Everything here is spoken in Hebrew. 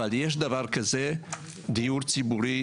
אבל יש דבר כזה דיור ציבורי,